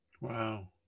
wow